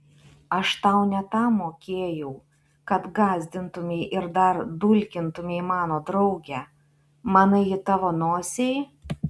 aš tau ne tam mokėjau kad gąsdintumei ir dar dulkintumei mano draugę manai ji tavo nosiai